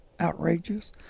outrageous